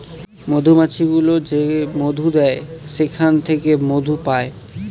মধুমাছি গুলো যে মধু দেয় সেখান থেকে মধু পায়